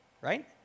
Right